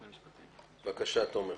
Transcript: בבקשה, תומר.